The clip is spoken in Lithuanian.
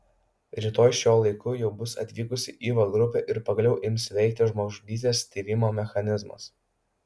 rytoj šiuo laiku jau bus atvykusi įva grupė ir pagaliau ims veikti žmogžudystės tyrimo mechanizmas